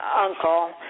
uncle